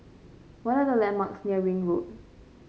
what are the landmarks near Ring Road